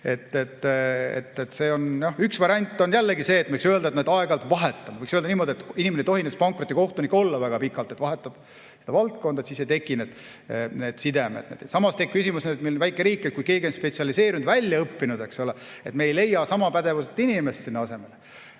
tekkida. Üks variant on jällegi see, et võiks öelda, et me neid aeg-ajalt vahetame. Võiks öelda niimoodi, et inimene ei tohi pankrotikohtunik olla väga pikalt, et vahetagu valdkonda, siis ei teki neid sidemeid. Samas on küsimus, et meil väike riik, kui keegi on spetsialiseerunud, välja õppinud, siis me ei leia sama pädevat inimest asemele.